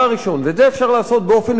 ואת זה אפשר לעשות באופן מיידי.